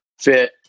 Fit